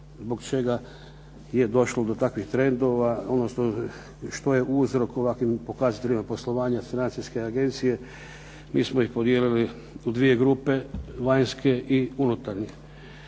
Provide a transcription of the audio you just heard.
zbog čega je došlo do takvih trendova, što je uzrok ovakvim pokazateljima poslovanja Financijske agencije. Mi smo ih podijelili u dvije grupe vanjske i unutarnje.